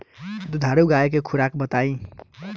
दुधारू गाय के खुराक बताई?